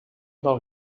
del